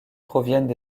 proviennent